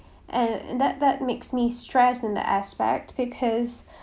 and that that makes me stressed in that aspect because